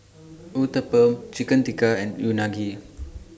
Uthapam Chicken Tikka and Unagi